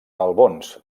albons